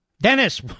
dennis